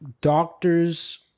doctors